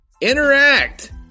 interact